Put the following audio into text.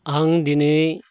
आं दिनै